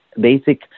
basic